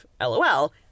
lol